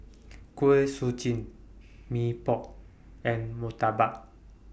Kuih Suji Mee Pok and Murtabak